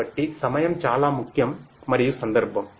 కాబట్టి సమయం చాలా ముఖ్యం మరియు సందర్భం